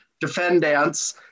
defendants